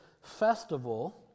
festival